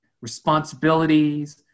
responsibilities